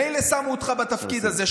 מילא שמו אותך בתפקיד הזה,